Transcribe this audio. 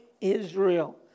Israel